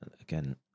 again